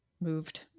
moved